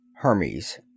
Hermes